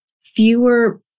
fewer